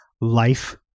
life